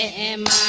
m